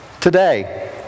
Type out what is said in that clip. today